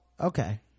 okay